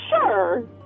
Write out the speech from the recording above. Sure